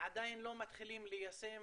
עדיין לא מתחילים ליישם.